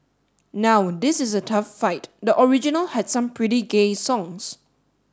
now this is a tough fight the original had some pretty gay songs